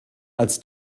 als